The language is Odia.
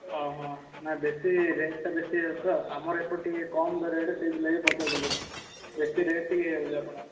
ଅ ହଁ ନା ବେଶୀ ରେଟ୍ ଟା ବେଶୀ ହେଇଯାଉଛି ତ ଆମର ଏପଟେ ଟିକେ କମ୍ କରିବାରେ ସେଇଥିଲାଗି ପଚାରୁଥିଲି ବେଶୀ ରେଟ୍ ଟିକେ ହେଇଯାଉଛି ଆପଣ